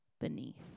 beneath